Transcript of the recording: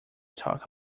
talk